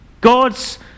God's